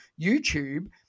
YouTube